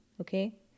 okay